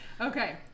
okay